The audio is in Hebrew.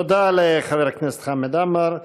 תודה לחבר הכנסת חמד עמאר.